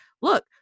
look